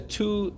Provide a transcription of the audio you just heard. two